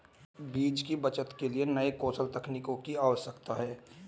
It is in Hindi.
बीज की बचत के लिए नए कौशल तकनीकों की आवश्यकता है